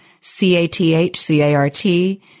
C-A-T-H-C-A-R-T